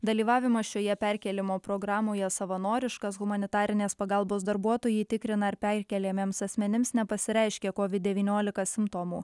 dalyvavimą šioje perkėlimo programoje savanoriškos humanitarinės pagalbos darbuotojai tikrina ar perkeliamiems asmenims nepasireiškė covid devyniolika simptomų